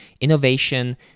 Innovation